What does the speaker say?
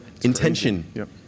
intention